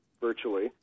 virtually